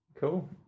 Cool